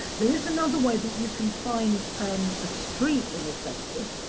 there is another way that you can find um a street in the census.